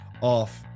off